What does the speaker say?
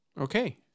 Okay